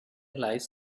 lies